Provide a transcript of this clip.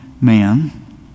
man